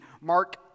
Mark